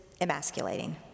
emasculating